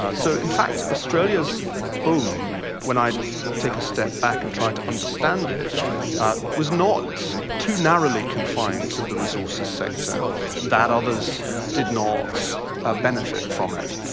so in fact australia's boom when i take a step back and try to understand it was not too narrowly confined to the resources sector that others did not ah benefit from it.